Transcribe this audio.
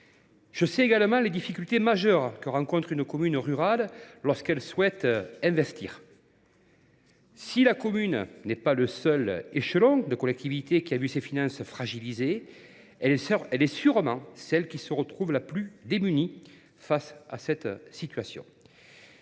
Je sais également les difficultés majeures que rencontre une commune rurale lorsqu’elle souhaite investir. Si la commune n’est pas le seul échelon territorial ayant vu ses finances fragilisées, elle est sûrement celle qui se retrouve la plus démunie face à une telle situation.